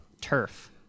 turf